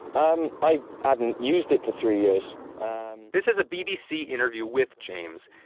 um i hadn't used it for three years this is a bbc interview with james.